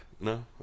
No